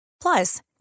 Plus